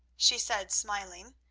she said, smiling.